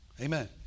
Amen